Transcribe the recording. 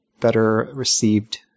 better-received